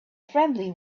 friendly